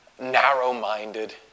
narrow-minded